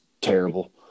terrible